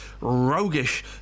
roguish